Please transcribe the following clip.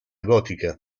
gotica